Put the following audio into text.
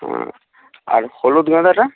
ও আর হলুদ গাঁদাটা